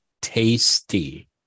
tasty